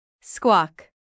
Squawk